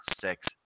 six